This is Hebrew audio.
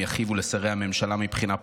הם יכאיבו לשרי הממשלה מבחינה פוליטית.